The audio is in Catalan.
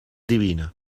divina